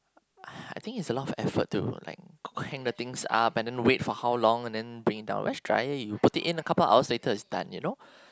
ah I think it is a lot of effort to like hang the things up and then wait for how long and then bring it down whereas drier you put in a couple of hours later and then it is done you know